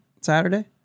Saturday